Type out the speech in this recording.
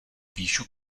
píšu